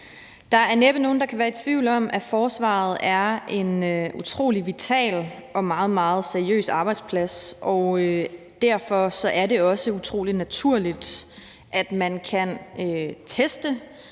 Der er næppe nogen, der kan være i tvivl om, at forsvaret er en utrolig vital og meget, meget seriøs arbejdsplads, og derfor er det også utrolig naturligt, at man kan teste